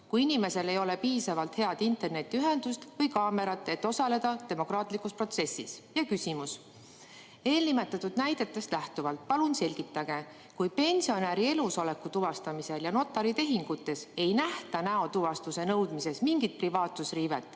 kui inimesel ei ole piisavalt head internetiühendust või kaamerat, et osaleda demokraatlikus protsessis. Eelnimetatud näidetest lähtuvalt palun selgitage. Kui pensionäri elusoleku tuvastamisel ja notaritehingutes ei nähta näotuvastuse nõudmises mingit privaatsusriivet,